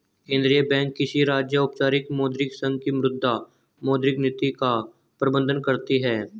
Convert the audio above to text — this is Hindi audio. केंद्रीय बैंक किसी राज्य, औपचारिक मौद्रिक संघ की मुद्रा, मौद्रिक नीति का प्रबन्धन करती है